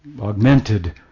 augmented